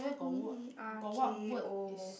T E R K O